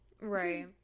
Right